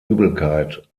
übelkeit